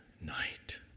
night